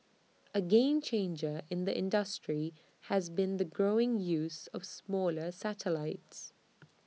A game changer in the industry has been the growing use of smaller satellites